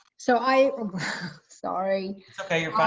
so i sorry okay. yeah